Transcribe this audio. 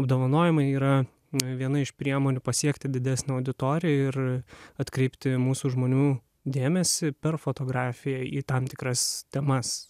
apdovanojimai yra viena iš priemonių pasiekti didesnę auditoriją ir atkreipti mūsų žmonių dėmesį per fotografiją į tam tikras temas